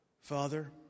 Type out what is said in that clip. Father